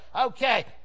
Okay